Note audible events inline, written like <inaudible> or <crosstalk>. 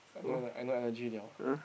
<noise> I no energy [liao]